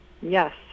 Yes